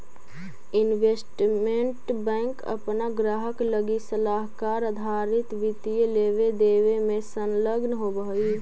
investment bank अपना ग्राहक लगी सलाहकार आधारित वित्तीय लेवे देवे में संलग्न होवऽ हई